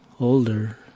older